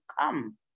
come